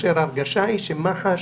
כאשר ההרגשה היא שמח"ש